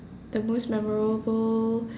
the most memorable